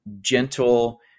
gentle